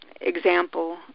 example